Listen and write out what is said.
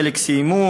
חלק סיימו,